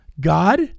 God